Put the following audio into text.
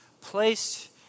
placed